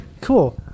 Cool